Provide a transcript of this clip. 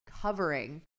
covering